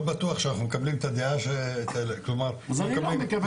לא בטוח שאנחנו מקבלים את הדעה --- אז אני לא מקבל את הדעה.